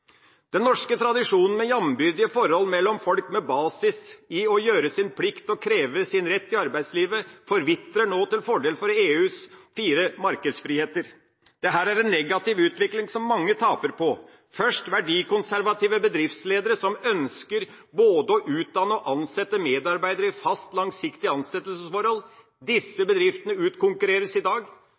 Den norske tradisjonen med jambyrdige forhold mellom folk, med basis i å gjøre sin plikt og å kreve sin rett i arbeidslivet, forvitrer nå til fordel for EUs fire markedsfriheter. Dette er en negativ utvikling som mange taper på – først verdikonservative bedriftsledere som ønsker både å utdanne og å ansette medarbeidere i fast, langsiktig ansettelsesforhold. Disse bedriftene utkonkurreres i dag.